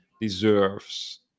deserves